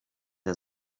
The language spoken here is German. der